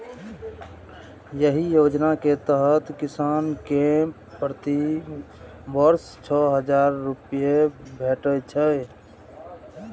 एहि योजना के तहत किसान कें प्रति वर्ष छह हजार रुपैया भेटै छै